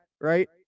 right